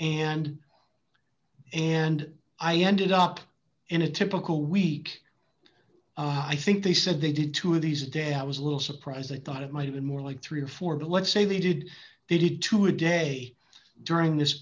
and and i ended up in a typical week i think they said they did two of these days i was a little surprise i thought it might be more like three or four but let's say they did they did two a day during this